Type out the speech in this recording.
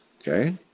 Okay